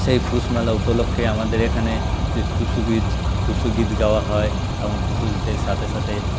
সেই পৌষ মেলা উপলক্ষ্যেই আমাদের এখানে যে টুসুগীত টুসুগীত গাওয়া হয় এবং টুসুগীতের সাথে সাথে